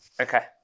Okay